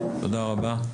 תודה רבה.